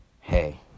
hey